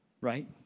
Right